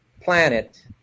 planet